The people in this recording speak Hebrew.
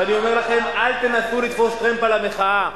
ואני אומר לכם, אל תנסו לתפוס טרמפ על המחאה.